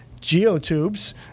geotubes